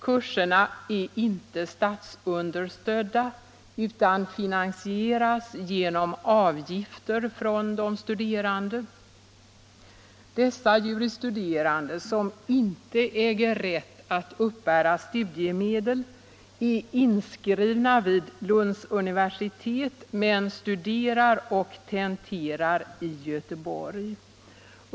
Kurserna är inte statsunderstödda utan finansieras genom avgifter från de studerande. Dessa juris studerande, som inte äger rätt att uppbära studiemedel, är inskrivna vid Lunds universitet men studerar och tenterar i Göteborg.